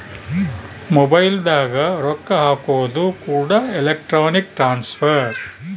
mobile ದಾಗ ರೊಕ್ಕ ಹಾಕೋದು ಕೂಡ ಎಲೆಕ್ಟ್ರಾನಿಕ್ ಟ್ರಾನ್ಸ್ಫರ್